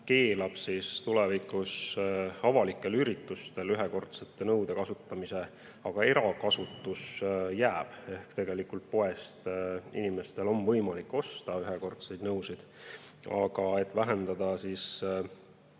keelab tulevikus avalikel üritustel ühekordsete nõude kasutamise, aga erakasutus jääb. Seega tegelikult poest inimestel on võimalik osta ühekordseid nõusid. Aga et vähendada seda